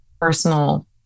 personal